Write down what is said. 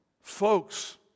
Folks